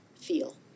feel